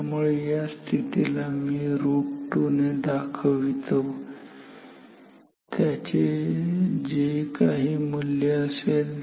त्यामुळे या स्थितीला मी √2 ने दर्शवितो त्याचे जे काही मूल्य असेल